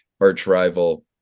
arch-rival